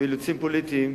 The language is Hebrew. מאילוצים פוליטיים,